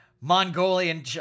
Mongolian